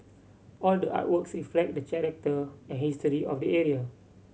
all the artworks reflect the character and history of the area